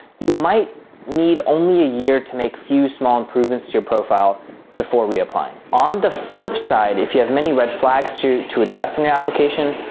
you might need only a year to make a few small improvements to your profile before reapplying. on the flip side, if you have many red flags to to address in your application,